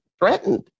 threatened